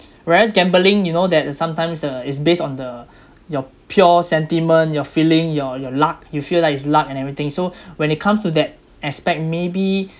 whereas gambling you know that sometimes the it's based on the your pure sentiment your feeling your your luck you feel like it's luck and everything so when it comes to that aspect maybe